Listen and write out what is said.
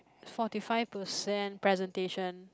forty five percent presentation